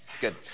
good